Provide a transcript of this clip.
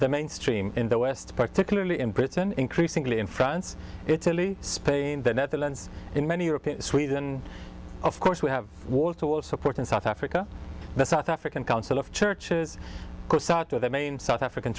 the mainstream in the west particularly in britain increasingly in france italy spain the netherlands in many european sweden of course we have wall to wall support in south africa the south african council of churches the main south african